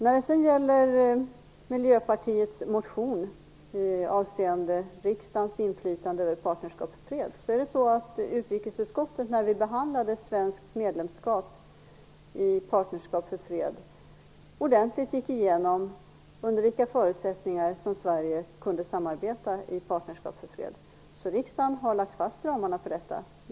När det gäller Miljöpartiets motion avseende riksdagens inflytande över Partnerskap för fred gick utrikesutskottet i samband med behandlingen av svenskt medlemskap ordentligt igenom under vilka förutsättningar som Sverige kunde samarbeta i Partnerskap för fred. Riksdagen har alltså lagt fast ramarna för detta.